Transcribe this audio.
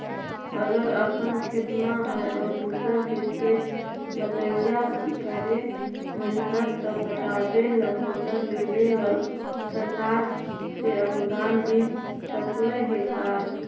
अगर अपन खेत न है और दुसर के खेत बटइया कर महिना त पटावे ल मोटर लेबे ल सरकार से अनुदान मिल सकले हे का?